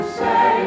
say